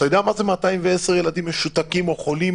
אתה יודע מה זה 210 ילדים משותקים או חולים?